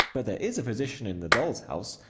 but there is a physician in the doll's house,